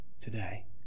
today